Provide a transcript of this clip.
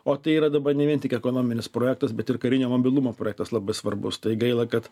o tai yra dabar ne vien tik ekonominis projektas bet ir karinio mobilumo projektas labai svarbus tai gaila kad